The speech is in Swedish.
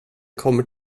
kommer